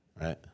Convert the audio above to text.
Right